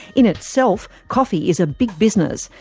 in itself, coffee is a big business.